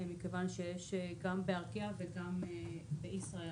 כיוון שיש גם בארקיע וגם בישראל